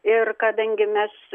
ir kadangi mes